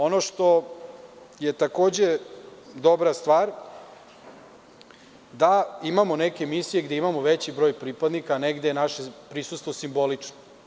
Ono što je takođe dobra stvar to je da imamo neke misije gde imamo veći broj pripadnika, a negde je naše prisustvo simbolično.